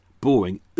boring